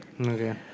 Okay